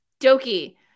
Doki